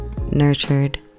nurtured